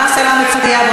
מה השרה מציעה?